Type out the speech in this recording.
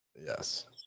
Yes